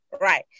right